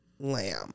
lamb